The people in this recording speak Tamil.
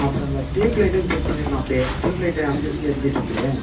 அப்புறம் அந்த டியூப் லைட்டும் செக் பண்ணிடணும் அப்படியே டியூப் லைட்டு அணைஞ்சி அணைஞ்சி எரிஞ்சிட்டு இருக்குது